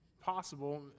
possible—